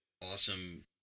awesome